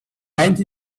went